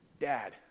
Dad